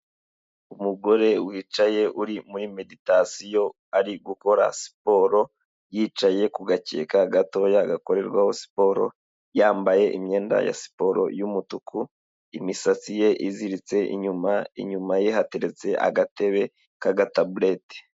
Umugore wicaye uri muri meditasiyo ari gukora siporo yicaye ku gakeka gatoya gakorerwaho siporo, yambaye imyenda ya siporo y'umutuku, imisatsi ye iziritse inyuma, inyuma ye hateretse agatebe k'agataburete.